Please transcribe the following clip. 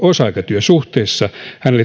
osa aikatyösuhteessa